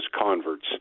converts